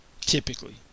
typically